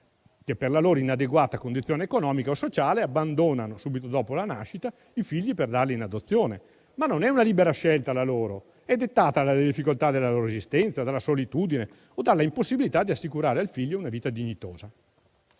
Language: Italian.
che, per la loro inadeguata condizione economica o sociale, abbandonano subito dopo la nascita i figli per darli in adozione. Ma non è una libera scelta, la loro: è dettata dalle difficoltà della loro esistenza, dalla solitudine o dalla impossibilità di assicurare al figlio una vita dignitosa.